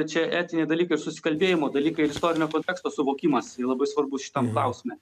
čia etiniai dalykai susikalbėjimo dalykai ir istorinio konteksto suvokimas yra labai svarbus šitam klausime